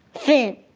finn.